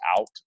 out